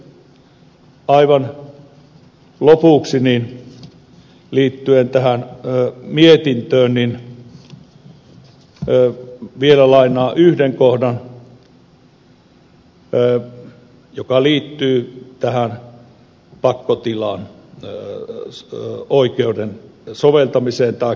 aivan lopuksi liittyen tähän mietintöön vielä lainaan yhden kohdan joka liittyy pakkotilaoikeuden soveltamiseen tai käyttämiseen